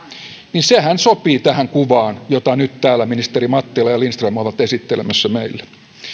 niin sehän sopii tähän kuvaan jota nyt täällä ministerit mattila ja lindström ovat esittelemässä meille